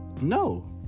no